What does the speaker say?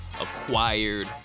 acquired